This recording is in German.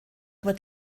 wird